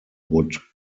would